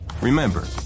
Remember